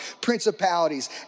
principalities